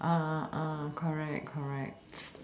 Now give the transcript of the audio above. uh correct correct